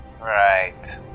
Right